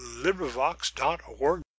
LibriVox.org